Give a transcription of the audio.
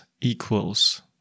equals